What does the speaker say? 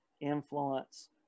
influence